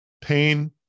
pain